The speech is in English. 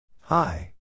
Hi